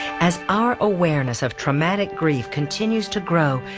as our awareness of traumatic grief continues to grow,